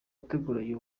ateguranye